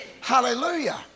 Hallelujah